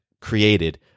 created